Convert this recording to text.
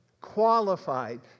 qualified